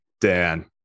Dan